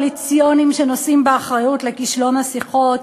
הם שותפים קואליציוניים שנושאים באחריות לכישלון השיחות.